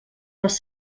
les